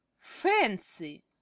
fancy